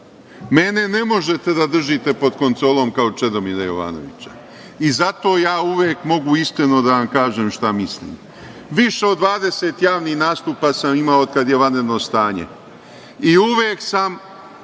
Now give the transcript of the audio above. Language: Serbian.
Mene ne možete da držite pod kontrolom kao Čedomira Jovanovića. I zato ja uvek mogu iskreno da vam kažem šta mislim. Više od 20 javnih nastupa sam imao od kad je vanredno stanje i uvek sam